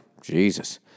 Jesus